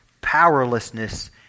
powerlessness